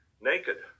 naked